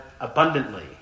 abundantly